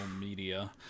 media